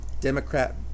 Democrat